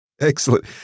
Excellent